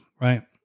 right